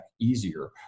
easier